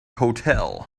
hotel